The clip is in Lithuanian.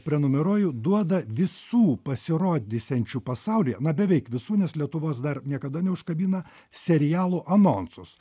prenumeruoju duoda visų pasirodysiančių pasaulyje na beveik visų nes lietuvos dar niekada neužkabina serialų anonsus